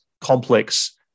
complex